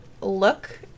look